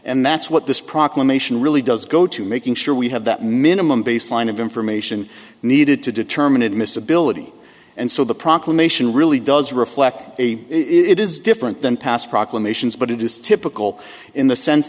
and that's what this proclamation really does go to making sure we have that minimum baseline of information needed to determine admissibility and so the proclamation really does reflect a it is different than past proclamations but it is typical in the sense